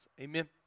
amen